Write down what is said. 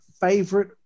favorite